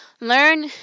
learn